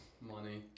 Money